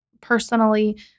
personally